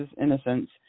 innocence